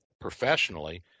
professionally